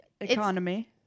economy